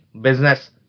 Business